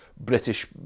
British